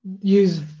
use